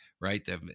right